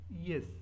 Yes